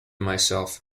myself